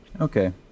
okay